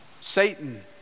Satan